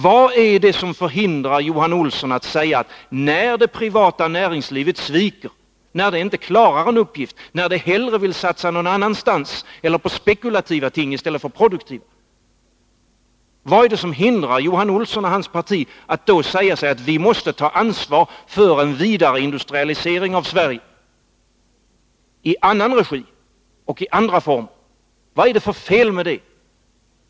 Vad är det som hindrar Johan Olsson och hans parti att säga: När det privata näringslivet sviker och inte klarar en uppgift, när det hellre vill satsa någon annanstans eller på spekulativa ting i stället för på produktiva, då måste vi ta ansvar för en vidare industrialisering av Sverige, i annan regi och andra former? Vad är det för fel med det?